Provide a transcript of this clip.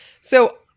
So-